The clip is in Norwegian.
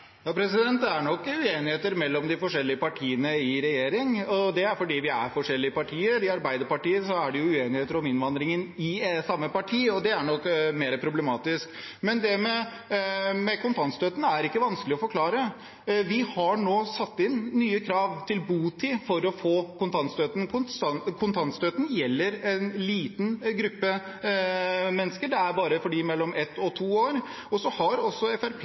Det er nok uenigheter mellom de forskjellige partiene i regjering, og det er fordi vi er forskjellige partier. I Arbeiderpartiet er det uenigheter om innvandringen i samme parti, og det er nok mer problematisk. Men det med kontantstøtten er ikke vanskelig å forklare. Vi har nå satt inn nye krav til botid for å få kontantstøtte. Kontantstøtten gjelder en liten gruppe mennesker. Den er bare for dem med barn mellom 1 og 2 år. Fremskrittspartiets innvandringsutvalg har også